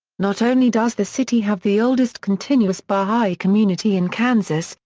not only does the city have the oldest continuous baha'i community in kansas,